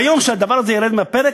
ביום שהדבר הזה ירד מהפרק,